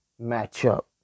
matchup